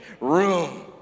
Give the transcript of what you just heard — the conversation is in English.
room